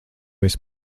esi